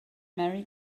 merry